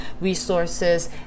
resources